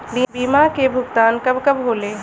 बीमा के भुगतान कब कब होले?